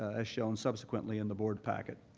ah as shown subsequently in the board packet.